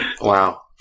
Wow